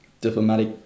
diplomatic